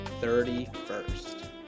31st